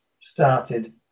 started